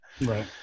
Right